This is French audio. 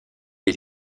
les